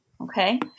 Okay